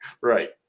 right